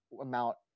amount